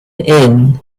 inn